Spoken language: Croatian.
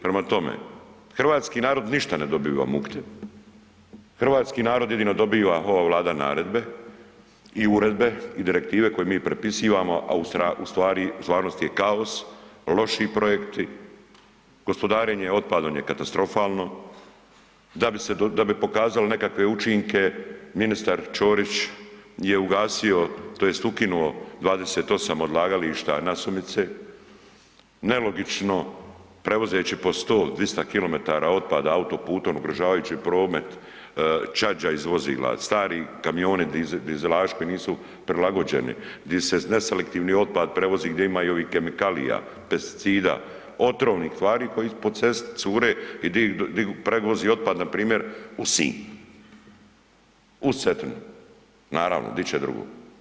Prema tome, hrvatski narod ništa ne dobiva mukte, hrvatski narod jedino dobiva, ova Vlade naredbe i uredbe i direktive koje mi prepisivamo a u stvarnosti je kaos, loši projekti, gospodarenje otpadom je katastrofalno, da bi pokazalo nekakve učinke, ministar Čorić je ugasio tj. ukinuo 28 odlagališta nasumice, nelogično prevozeći po 100, 200 km otpada autoputom ugrožavajući promet, čađa iz vozila, stari kamioni dizelaši koji nisu prilagođeni, di se neselektivni otpad prevozi gdje ima i ovih kemikalija, pesticida, otvornih tvari koje po cesti cure i di prevozi otpad npr. u Sinj, uz Cetinu, naravno di će drugo.